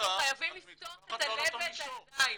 אנחנו חייבים לפתוח את הלב ואת הידיים.